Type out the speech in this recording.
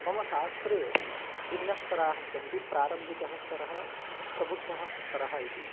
मम शास्त्रे भिन्नस्तराः सन्ति प्रारम्भिकः स्तरः प्रबुद्धः स्तरः इति